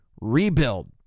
Rebuild